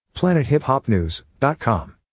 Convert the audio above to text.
planethiphopnews.com